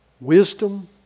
Wisdom